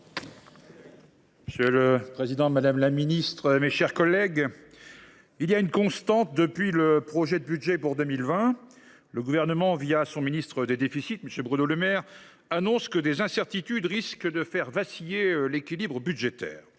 Monsieur le président, madame la ministre, mes chers collègues, il y a une constante depuis le projet de budget pour 2020 : le Gouvernement, son ministre des déficits, M. Bruno Le Maire, annonce que des incertitudes risquent de faire vaciller l’équilibre budgétaire.